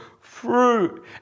fruit